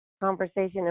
conversation